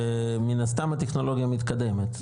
ומן הסתם הטכנולוגיה מתקדמת,